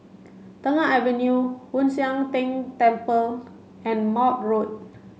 Tengah Avenue Hoon Sian Keng Temple and Maude Road